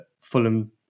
Fulham